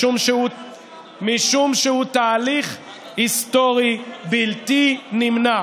משום שהוא תהליך היסטורי בלתי נמנע.